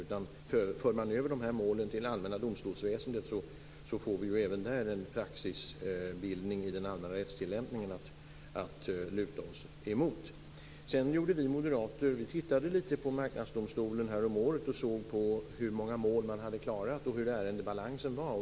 Om man för över de här målen till det allmänna domstolsväsendet får vi en praxisbildning i den allmänna rättstillämpningen även där att luta oss emot. Vi moderater tittade lite på Marknadsdomstolen häromåret. Vi såg på hur många mål man hade klarat och hur ärendebalansen var.